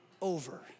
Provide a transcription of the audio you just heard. over